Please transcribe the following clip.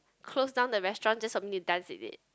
close down the restaurant just for me to dance in it